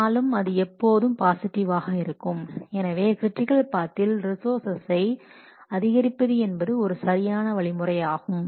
ஆனாலும் அது எப்போதும் பாசிட்டிவாக இருக்கும் எனவே கிரிட்டிக்கல் பாத்தில் ரிசோர்சஸை அதிகரிப்பது என்பது ஒரு சரியான வழிமுறையாகும்